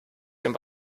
dem